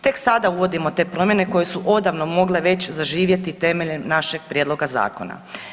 Tek sada uvodimo te promjene koje su odavno mogle već zaživjeti temeljem našeg prijedloga zakona.